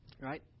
right